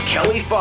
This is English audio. Kelly